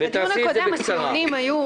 תעשי את זה בקצרה.